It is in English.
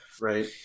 right